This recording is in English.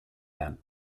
then